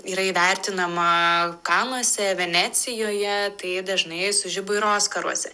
yra įvertinama kanuose venecijoje tai dažnai sužiba ir oskaruose